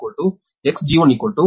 10 p